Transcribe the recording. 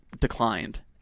declined